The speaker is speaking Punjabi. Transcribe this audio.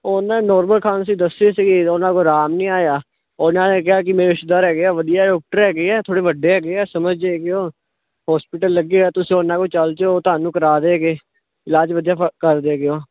ਉਨ੍ਹਾਂ ਨੇ ਨੌਰਮਲ ਖਾਂਸੀ ਦੱਸੀ ਸੀਗੀ ਉਨ੍ਹਾਂ ਕੋਲ ਆਰਾਮ ਨਹੀਂ ਆਇਆ ਉਨ੍ਹਾਂ ਨੇ ਕਿਹਾ ਕਿ ਮੇਰੇ ਰਿਸ਼ਤੇਦਾਰ ਹੈਗੇ ਹੈ ਵਧੀਆ ਡੋਕਟਰ ਹੈਗੇ ਹੈ ਥੋੜ੍ਹੇ ਵੱਡੇ ਹੈਗੇ ਹੈ ਸਮਝ ਹੈਗੀ ਹੋਸਪੀਟਲ ਲੱਗੇ ਹੈ ਤੁਸੀਂ ਉਨ੍ਹਾਂ ਕੋਲ ਚੱਲ ਜੋ ਤੁਹਾਨੂੰ ਕਰਾ ਦੇਗੇ ਇਲਾਜ ਵਧੀਆ ਕਰਦੇ ਹੈਗੇ ਉਹ